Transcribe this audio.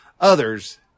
others